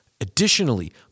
Additionally